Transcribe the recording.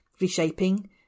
reshaping